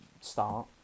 start